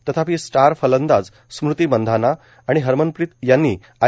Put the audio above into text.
तथापि स्टार फलंदाज स्मृती मंधाना आणि हरमनप्रीत यांनी आय